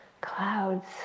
clouds